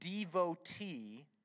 devotee